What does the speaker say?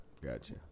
Gotcha